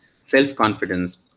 self-confidence